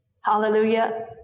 Hallelujah